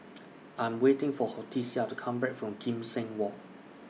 I Am waiting For Hortensia to Come Back from Kim Seng Walk